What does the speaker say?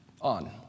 on